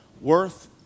worth